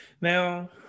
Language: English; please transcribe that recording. Now